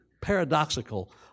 paradoxical